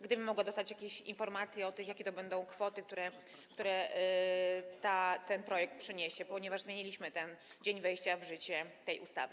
Gdybym mogła dostać jakieś informacje o tym, jakie to będą kwoty, które ten projekt przyniesie, ponieważ zmieniliśmy dzień wejścia w życie tej ustawy.